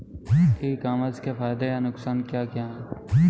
ई commerce के फायदे या नुकसान क्या क्या हैं?